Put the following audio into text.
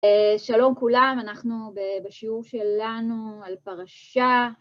שלום כולם, אנחנו בשיעור שלנו על פרשה.